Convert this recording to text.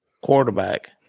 quarterback